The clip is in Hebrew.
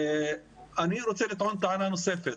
אני רוצה לטעון טענה נוספת.